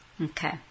Okay